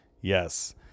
Yes